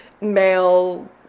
male